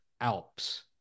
Alps